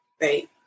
Right